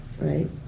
right